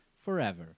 forever